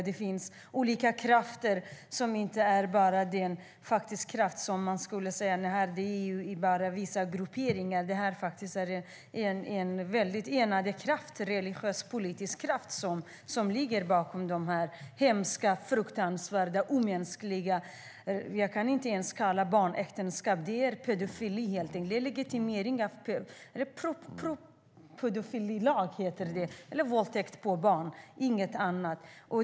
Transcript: Det är vissa grupperingar, kan man säga, en enad religiös-politisk kraft som ligger bakom det hemska, fruktansvärda, omänskliga förslaget. Jag kan inte ens tala om barnäktenskap; det är helt enkelt pedofili. Det är legitimering av pedofili, pedofililag, våldtäkt på barn, inget annat.